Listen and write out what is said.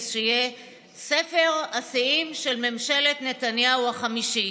שיהיה ספר השיאים של ממשלת נתניהו החמישית.